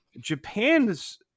Japan's